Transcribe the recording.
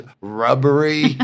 rubbery